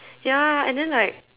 ya and then like